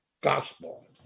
gospel